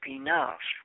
enough